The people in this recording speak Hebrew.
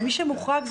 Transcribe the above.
מי שמוחרג,